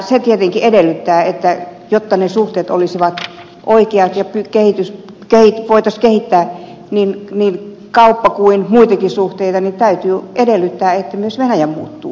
se tietenkin edellyttää että jotta ne suhteet olisivat oikeat ja voitaisiin kehittää niin kauppa kuin muitakin suhteita niin täytyy edellyttää että myös venäjä muuttuu